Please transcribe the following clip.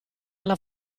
alla